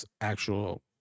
actual